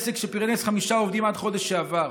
עסק שפרנס חמישה עובדים עד החודש שעבר.